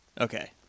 Okay